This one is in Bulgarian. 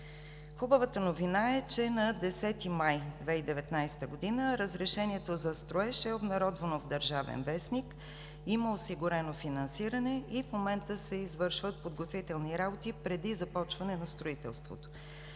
Хубавата новина е, че на 10 май 2019 г. разрешението за строеж е обнародвано в „Държавен вестник“, има осигурено финансиране и в момента се извършват подготвителни работи преди започване на строителството.